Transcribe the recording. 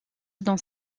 dans